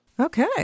Okay